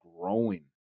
growing